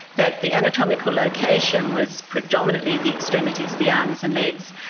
that the anatomical location was predominantly the extremities, the arms and legs,